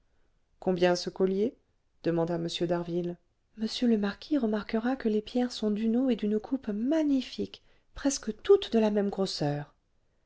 combien ce collier demanda m d'harville monsieur le marquis remarquera que les pierres sont d'une eau et d'une coupe magnifiques presque toutes de la même grosseur